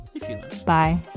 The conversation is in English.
Bye